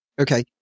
Okay